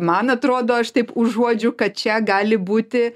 man atrodo aš taip užuodžiu kad čia gali būti